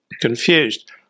confused